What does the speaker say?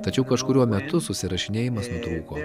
tačiau kažkuriuo metu susirašinėjimas nutrūko